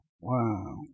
Wow